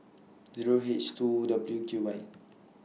Zero H two W Q Y